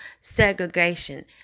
segregation